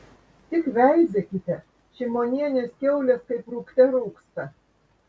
tik veizėkite šimonienės kiaulės kaip rūgte rūgsta